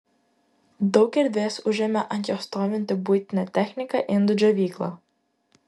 daug erdvės užėmė ant jo stovinti buitinė technika indų džiovykla